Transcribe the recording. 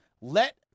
Let